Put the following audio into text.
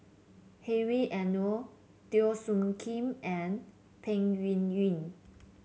Hedwig Anuar Teo Soon Kim and Peng Yuyun